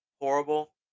horrible